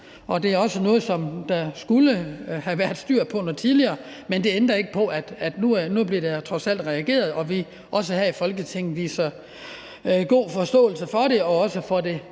det er også noget, der skulle have været styr på noget tidligere, men det ændrer ikke ved, at der trods alt nu bliver reageret, og at vi her i Folketinget viser god forståelse for det og også får det